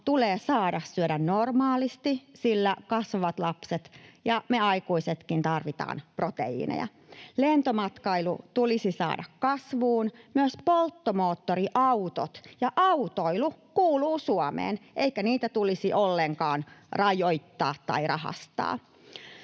tulee saada syödä normaalisti, sillä kasvavat lapset tarvitsevat ja me aikuisetkin tarvitaan proteiineja. Lentomatkailu tulisi saada kasvuun. Myös polttomoottoriautot ja autoilu kuuluvat Suomeen, eikä niitä tulisi ollenkaan rajoittaa tai rahastaa.